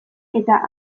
eta